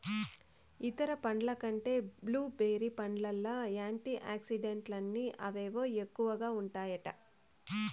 ఇతర పండ్ల కంటే బ్లూ బెర్రీ పండ్లల్ల యాంటీ ఆక్సిడెంట్లని అవేవో ఎక్కువగా ఉంటాయట